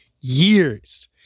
years